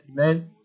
Amen